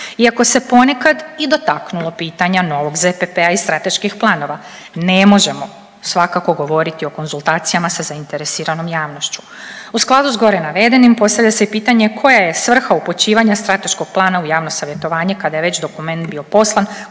Iako se ponekad i dotaknulo pitanja novog ZPP-a i strateških planova ne možemo svakako govoriti o konzultacijama sa zainteresiranom javnošću. U skladu s gore navedenim postavlja se i pitanje, koja je svrha upućivanja strateškog plana u javno savjetovanje kada je već dokument bio poslan